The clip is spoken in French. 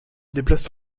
déplace